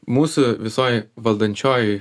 mūsų visoj valdančiojoj